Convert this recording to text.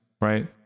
right